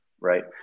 right